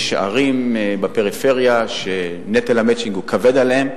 יש ערים בפריפריה שנטל ה"מצ'ינג" כבד עליהן,